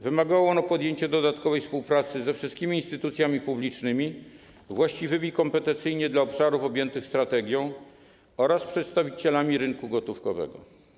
Wymagało ono podjęcia dodatkowej współpracy ze wszystkimi instytucjami publicznymi właściwymi kompetencyjnie dla obszarów objętych strategią oraz przedstawicielami rynku gotówkowego.